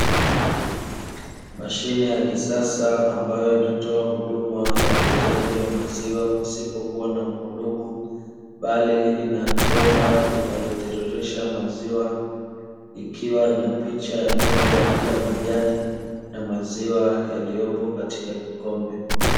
Mashine ya kisasa ambayo inatoa huduma ya uuzaji wa maziwa pasipo kuwa na mhudumu, bali inabomba linalotiririsha maziwa, ikiwa ina picha ya ng'ombe akila majani na maziwa yaliyopo katika kikombe.